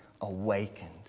awakened